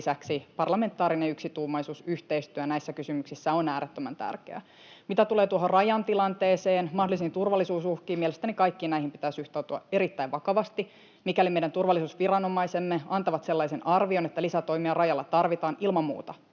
lisäksi parlamentaarinen yksituumaisuus, yhteistyö näissä kysymyksissä on äärettömän tärkeää. Mitä tulee tuohon rajan tilanteeseen, mahdollisiin turvallisuusuhkiin: Mielestäni kaikkiin näihin pitää suhtautua erittäin vakavasti. Mikäli meidän turvallisuusviranomaisemme antavat sellaisen arvion, että lisätoimia rajalla tarvitaan, niin ilman muuta